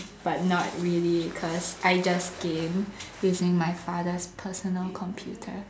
but not really because I just game using my father's personal computer